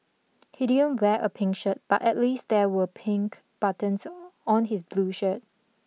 he didn't wear a pink shirt but at least there were pink buttons on his blue shirt